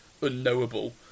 unknowable